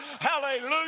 Hallelujah